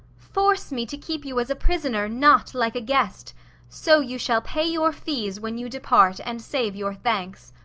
force me to keep you as a prisoner, not like a guest so you shall pay your fees when you depart, and save your thanks.